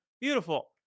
beautiful